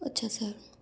अच्छा सर